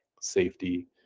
safety